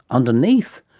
underneath?